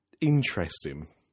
interesting